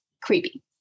creepy